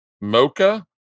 mocha